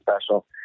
special